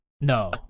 No